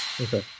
Okay